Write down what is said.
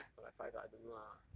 or like five lah I don't know lah